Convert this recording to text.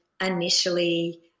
initially